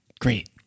Great